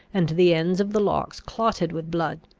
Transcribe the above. and the ends of the locks clotted with blood.